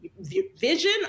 vision